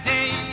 Day